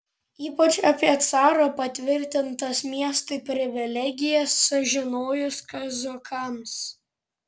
ypač apie caro patvirtintas miestui privilegijas sužinojus kazokams